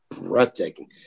breathtaking